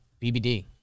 BBD